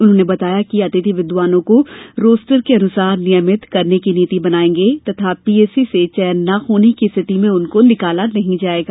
उन्होंने बताया कि अतिथि विद्वानों को रोस्टर के अनुसार नियमित करने की नीति बनाएँगे तथा पीएससी से चयन न होने की स्थिति में उनको निकाला नहीं जाएगा